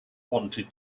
wanted